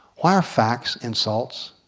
why are facts insults?